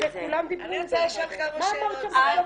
אני רוצה לשאול כמה שאלות.